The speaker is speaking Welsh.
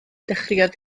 dechreuodd